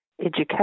education